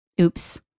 oops